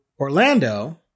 Orlando